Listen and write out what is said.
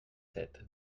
sept